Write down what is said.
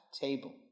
table